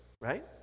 right